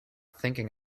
thinking